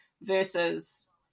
Versus